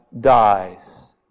dies